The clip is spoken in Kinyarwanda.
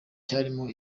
ryarimo